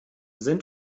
sind